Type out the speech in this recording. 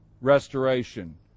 restoration